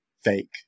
fake